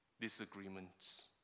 disagreements